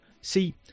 See